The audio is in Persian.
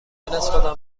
خودم